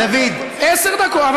עשר דקות.